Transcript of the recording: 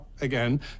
again